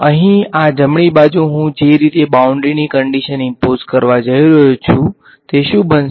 અહીં આ જમણી બાજુ હું જે રીતે બાઉન્ડ્રી ની કંડીશન ઈમ્પોઝ કરવા જઈ રહ્યો છું તે શુ બનશે